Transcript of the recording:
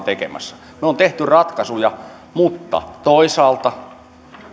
tekemässä me olemme tehneet ratkaisuja mutta toisaalta